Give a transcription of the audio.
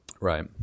Right